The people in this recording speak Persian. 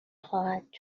خواهد